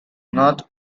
not